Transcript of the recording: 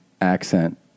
accent